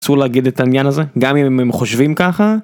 אסור להגיד את העניין הזה גם אם הם חושבים ככה.